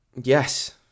Yes